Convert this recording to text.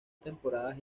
temporadas